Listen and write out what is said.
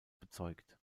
bezeugt